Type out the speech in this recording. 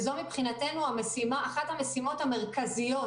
זו מבחינתנו אחת המשימות המרכזיות,